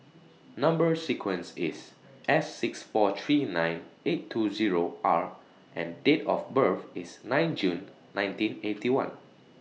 Number sequence IS S six four three nine eight two Zero R and Date of birth IS nine June nineteen Eighty One